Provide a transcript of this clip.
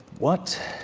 what